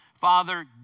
father